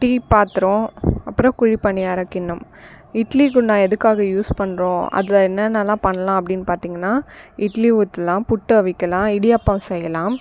tea பாத்ரோம் அப்புறம் குழி பனியார கிண்ணம் இட்லி குண்டான் எதுக்காக யூஸ் பண்ணுறோம் அதில் என்னென்னலாம் பண்ணலாம் அப்டின்னு பார்த்தீங்கனா இட்லி ஊத்தலாம் புட்டு அவிக்கலாம் இடியாப்பம் செய்யலாம்